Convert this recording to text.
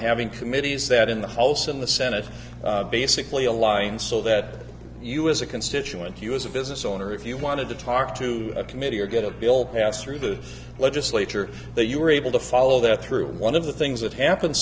having committees that in the false in the senate basically aligned so that you as a constituent you as a business owner if you wanted to talk to a committee or get a bill passed through the legislature that you were able to follow that through one of the things that happen